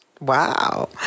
Wow